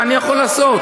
מה אני יכול לעשות?